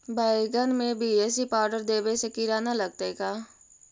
बैगन में BAC powder देबे से किड़ा न लगतै का?